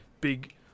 Big